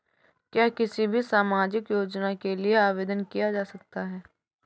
क्या किसी भी सामाजिक योजना के लिए आवेदन किया जा सकता है?